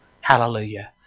Hallelujah